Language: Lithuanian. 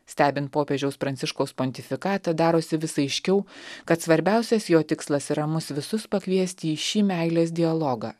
stebint popiežiaus pranciškaus pontifikatą darosi vis aiškiau kad svarbiausias jo tikslas yra mus visus pakviesti į šį meilės dialogą